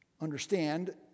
understand